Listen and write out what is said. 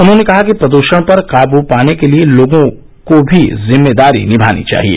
उन्होंने कहा कि प्रद्वषण पर काबू पाने के लिए लोगों को भी जिम्मेदारी निमानी चाहिए